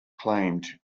claimed